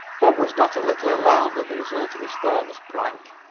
bob was not a little alarmed at the result of his thoughtless prank.